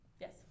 yes